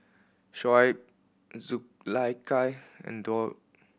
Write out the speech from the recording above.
Shoaib Zulaikha and Daud